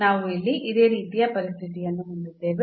ನಾವು ಇಲ್ಲಿ ಇದೇ ರೀತಿಯ ಪರಿಸ್ಥಿತಿಯನ್ನು ಹೊಂದಿದ್ದೇವೆ